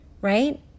right